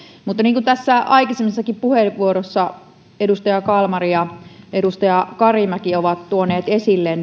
mutta kun tässä aikaisemmissakin puheenvuoroissa edustaja kalmari ja edustaja karimäki on tuotu esille